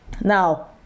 now